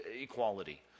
equality